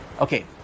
Okay